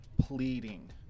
pleading